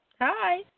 Hi